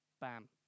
Bam